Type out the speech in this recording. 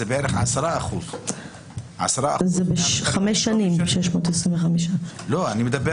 זה בערך 10%. זה בחמש שנים 625. אני מדבר